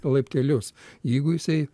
laiptelius jeigu jisai